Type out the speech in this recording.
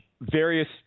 various